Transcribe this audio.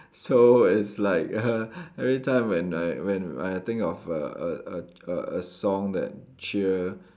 so it's like every time when I when I think of a a a a a song that cheer